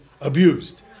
abused